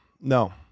no